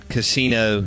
Casino